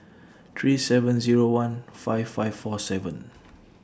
three seven Zero one five five four seven